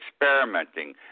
experimenting